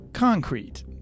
Concrete